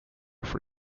for